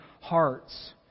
hearts